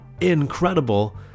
incredible